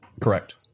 Correct